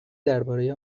درباره